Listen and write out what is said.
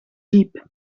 jeep